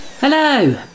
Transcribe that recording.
Hello